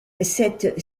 cette